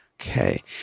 Okay